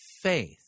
faith